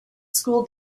school